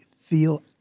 feel